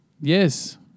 Yes